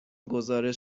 گزارش